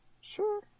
Sure